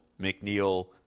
McNeil